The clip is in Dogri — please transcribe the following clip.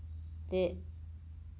ते